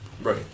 Right